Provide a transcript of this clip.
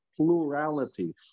plurality